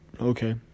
okay